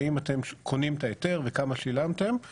האם אתם קונים את ההיתר וכמה שילמתם,